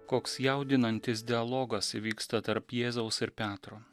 koks jaudinantis dialogas įvyksta tarp jėzaus ir petro